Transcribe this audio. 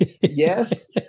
yes